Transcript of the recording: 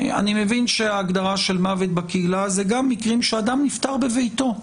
אני מבין שההגדרה של מוות בקהילה זה גם מקרים שאדם נפטר בביתו,